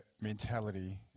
mentality